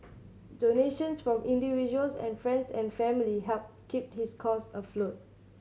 donations from individuals and friends and family helped keep his cause afloat